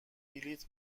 بلیت